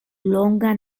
longa